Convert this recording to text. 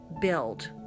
build